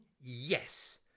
yes